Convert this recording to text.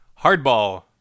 Hardball